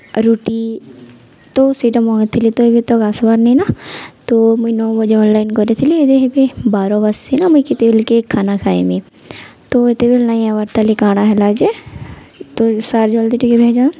ରୁଟି ତ ସେଇଟା ମଙ୍ଗେଇଥିଲି ତ ଏବେ ତ ଆସ୍ବାର୍ନିନା ତ ମୁଇଁ ନଅ ବଜେ ଅନ୍ଲାଇନ୍ କରିଥିଲି ଏବେ ହେଦେ ବାର ବାଜ୍ସିନା ମୁଇଁ କେତେବେଲ୍କେ ଖାନା ଖାଏମି ତୋ ଏତେବେଲ ନାଇଁ ଆଏବାର୍ତା ହେଲେ କାଣା ହେଲା ଯେ ତ ସାର୍ ଜଲ୍ଦି ଟିକେ ଭେଯନ୍